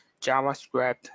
JavaScript